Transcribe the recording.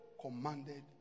commanded